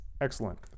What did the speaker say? Excellent